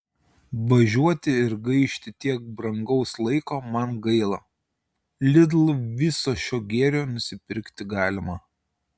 važiuoti ir gaišti tiek brangaus laiko man gaila lidl viso šio gėrio nusipirkti galima